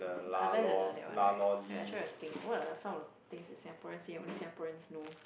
I like the that one right ya I try to think what are some of the things that Singaporean say only Singaporeans know